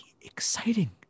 exciting